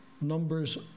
numbers